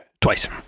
Twice